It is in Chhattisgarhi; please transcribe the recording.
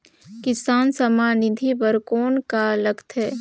किसान सम्मान निधि बर कौन का लगथे?